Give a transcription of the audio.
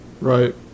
Right